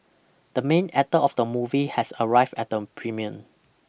the main actor of the movie has arrived at the premiere